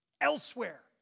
elsewhere